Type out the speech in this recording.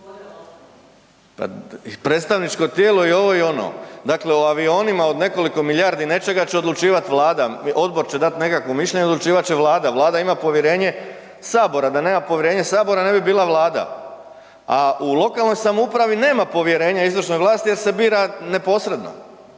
Predstavničko tijelo je i ovo i ono. Dakle, o avionima od nekoliko milijardi nečega će odlučivat vlada, odbor će dat nekakvo mišljenje i odlučivat će vlada, vlada ima povjerenje sabora, da nema povjerenje sabora ne bi bila vlada, a u lokalnoj samoupravi nema povjerenja izvršnoj vlasti jer se bira neposredno.